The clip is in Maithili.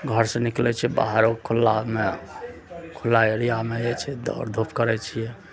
घर सँ निकलै छियै बाहर ओ खुलामे खुला एरीयामे छै जे छै दौड़ धूप करै छियै